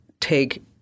take